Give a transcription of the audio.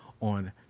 on